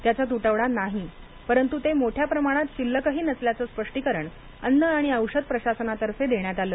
त्याचा तुटवडा नाही परंतु ते मोठ्या प्रमाणात शिल्लकही नसल्याचं स्पष्टीकरण अन्न आणि औषध प्रशासनातर्फे देण्यात आलं